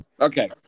Okay